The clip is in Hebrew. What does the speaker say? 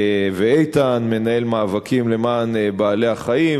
איתן מנהל מאבקים למען בעלי-החיים.